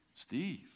Steve